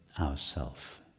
ourself